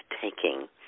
taking